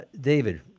David